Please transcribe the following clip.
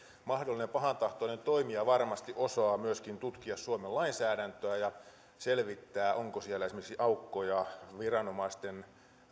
mahdollinen pahantahtoinen toimija varmasti osaa myöskin tutkia suomen lainsäädäntöä ja selvittää onko siellä esimerkiksi aukkoja viranomaisten